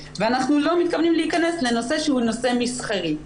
ואנחנו לא מתכוונים להיכנס לנושא שהוא נושא מסחרי.